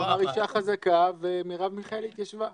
הוא אמר אישה חזקה ומרב מיכאלי התיישבה.